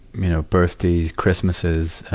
you know, birthdays, christmases,